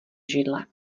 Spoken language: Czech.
židle